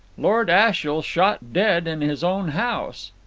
lord ashiel shot dead in his own house.